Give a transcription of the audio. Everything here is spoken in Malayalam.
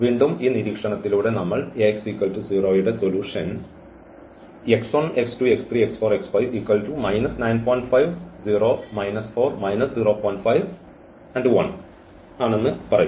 വീണ്ടും ഈ നിരീക്ഷണത്തിലൂടെ നമ്മൾ Ax 0 ടെ സൊലൂഷൻ ഈ എന്ന് പറയുന്നു